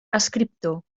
escriptor